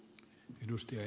herra puhemies